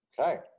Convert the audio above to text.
Okay